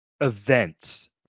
events